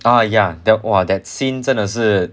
ah ya that !wah! that scene 真的是